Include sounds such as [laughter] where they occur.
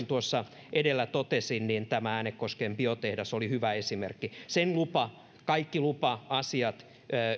[unintelligible] tuossa edellä totesin tämä äänekosken biotehdas oli hyvä esimerkki sen kaikki lupa asiat